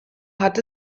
hat